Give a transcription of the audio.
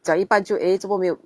讲一半就 eh 做么没有